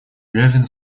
левин